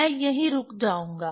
मैं यहीं रुक जाऊंगा